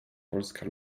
polska